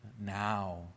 now